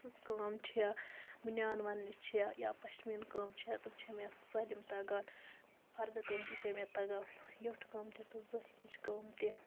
سٕژٕ کٲم چھےٚ بٔنیان وننٕچ چھےٚ یا پشمیٖن کٲم چھےٚ تٕم چھےٚ مےٚ سٲلِم تگان فردٕ کٲم تہِ چھےٚ مےٚ تگان یوٚٹھ کٲم تہِ تہٕ زٲوِج کٲم تہِ